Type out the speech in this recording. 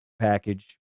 package